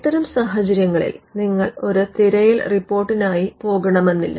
ഇത്തരം സാഹചര്യങ്ങളിൽ നിങ്ങൾ ഒരു തിരയൽ റിപ്പോർട്ടിനായി പോകണമെന്നില്ല